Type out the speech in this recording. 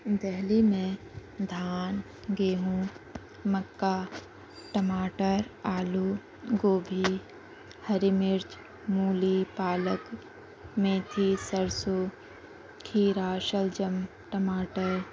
دہلی میں دھان گیہوں مکّا ٹماٹر آلو گوبھی ہری مرچ مولی پالک میتھی سرسو کھیرا شلجم ٹماٹر